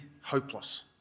hopeless